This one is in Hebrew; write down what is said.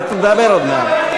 אתה תדבר עוד מעט.